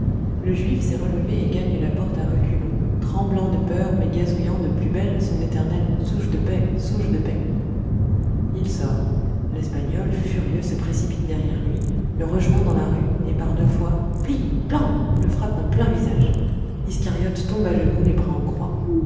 le juif s'est relevé et gagne la porte à reculons tremblant de peur mais gazouillant de plus belle son éternel zouge de paix zouge de paix il sort l'espagnol furieux se précipite derrière lui le rejoint dans la rue et par deux fois vli vlan le frappe en plein visage iscariote tombe à genoux les bras en croix